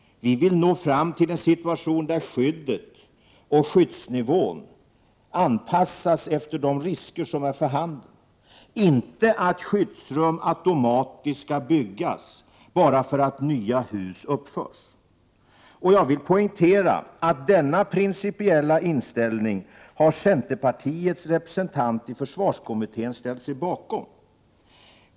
Vi vill nå fram till en situation där skyddet och skyddsnivån anpassas efter de risker som är för handen —- inte att skyddsrum automatiskt skall byggas bara därför att nya hus uppförs. Jag vill poängtera att centerpartiets representant i försvarskommittén har ställt sig bakom denna principiella inställning.